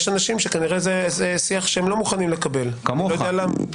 יש אנשים שכנראה זה שיח שהם לא מוכנים לקבל ואני לא יודע למה.